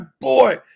boy